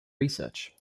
research